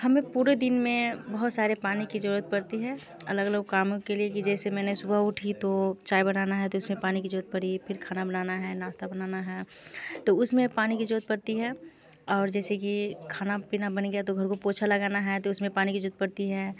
हमें पूरे दिन में बहुत सारे पानी की जरूरत पड़ती है अलग अलग कामों के लिए कि जैसे मैंने सुबह उठी तो चाय बनाना है तो इसमें पानी की जरूरत पड़ी फिर खाना बनाना है नाश्ता बनाना है तो उसमें पानी की जरूरत पड़ती है और जैसे कि खाना पीना बन गया तो घर को पोछा लगाना है तो उसमें पानी की जरूत पड़ती है